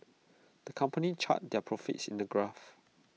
the company charted their profits in A graph